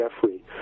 Jeffrey